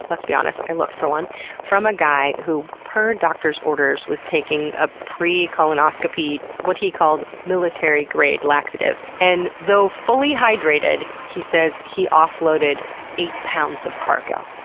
let's be honest, i looked for one from a guy who, per doctor's orders, was taking a pre colonoscopy, what he called military grade laxative. and, though fully hydrated, he says he offloaded eight pounds of cargo.